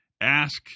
Ask